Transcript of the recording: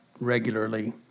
regularly